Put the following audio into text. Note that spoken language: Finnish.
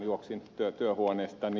juoksin työhuoneestani